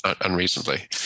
Unreasonably